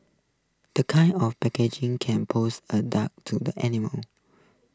the kind of packaging can pose A dark to the animals